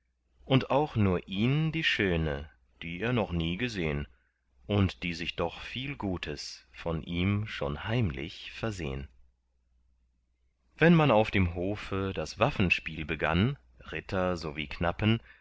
und auch nur ihn die schöne die er noch nie gesehn und die sich doch viel gutes von ihm schon heimlich versehn wenn man auf dem hofe das waffenspiel begann ritter so wie knappen